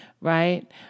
Right